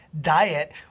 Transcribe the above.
diet